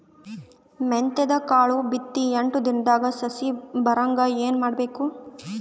ಮೆಂತ್ಯದ ಕಾಳು ಬಿತ್ತಿ ಎಂಟು ದಿನದಾಗ ಸಸಿ ಬರಹಂಗ ಏನ ಮಾಡಬೇಕು?